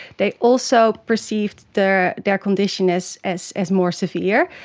they also perceived their their condition as as as more severe,